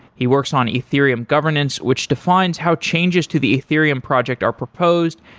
he works on ethereum governance, which defines how changes to the ethereum project are proposed,